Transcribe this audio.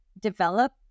develop